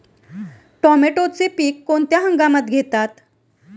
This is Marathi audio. टोमॅटोचे पीक कोणत्या हंगामात घेतात?